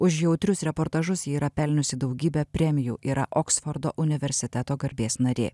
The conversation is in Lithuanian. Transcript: už jautrius reportažus ji yra pelniusi daugybę premijų yra oksfordo universiteto garbės narė